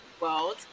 world